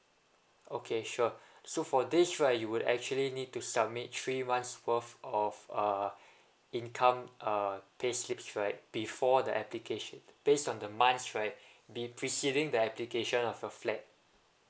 okay sure so for this right you would actually need to submit three months worth of uh income uh payslips right before the application based on the month right be preceding the application of the flat